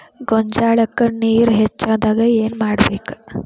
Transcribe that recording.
ಗೊಂಜಾಳಕ್ಕ ನೇರ ಹೆಚ್ಚಾದಾಗ ಏನ್ ಮಾಡಬೇಕ್?